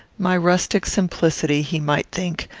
my rustic simplicity, he might think,